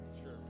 Sure